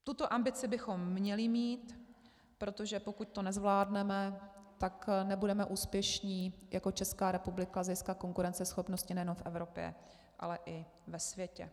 Tuto ambici bychom měli mít, protože pokud to nezvládneme, tak nebudeme úspěšní jako Česká republika z hlediska konkurenceschopnosti nejenom v Evropě, ale i ve světě.